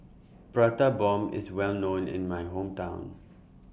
Prata Bomb IS Well known in My Hometown